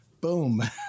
boom